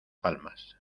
palmas